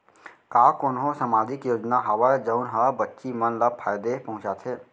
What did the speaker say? का कोनहो सामाजिक योजना हावय जऊन हा बच्ची मन ला फायेदा पहुचाथे?